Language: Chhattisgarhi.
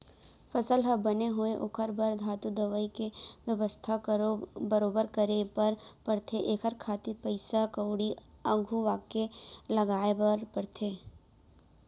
फसल ह बने होवय ओखर बर धातु, दवई के बेवस्था बरोबर करे बर परथे एखर खातिर पइसा कउड़ी अघुवाके लगाय बर परथे